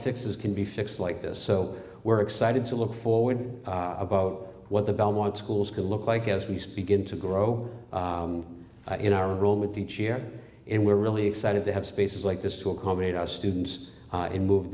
fixes can be fixed like this so we're excited to look forward about what the belmont schools can look like as we speak and to grow in our room with each year and we're really excited to have spaces like this to accommodate our students and move